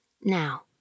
Now